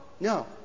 No